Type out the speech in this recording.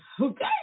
okay